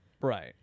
Right